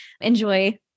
enjoy